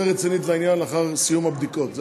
רצינית לעניין לאחר סיום הבדיקות.